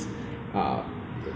uh same thing lah but